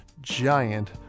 giant